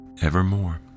evermore